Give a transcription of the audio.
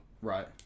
right